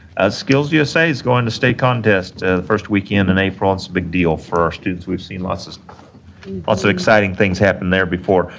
skillsusa is going to state contests the first weekend in april. it's a big deal for our students. we've seen lots of lots of exciting things happen there before.